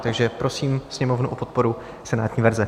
Takže prosím Sněmovnu o podporu senátní verze.